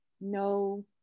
no